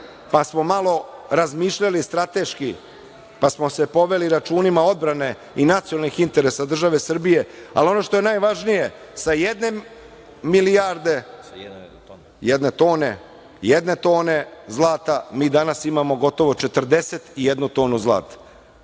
pa smo malo razmišljali strateški, pa smo se poveli računima odbrane i nacionalnih interesa države Srbije. Ono što je najvažnije, sa jedne tone zlata mi danas imamo gotovo 41 tonu zlata.